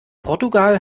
portugal